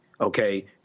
okay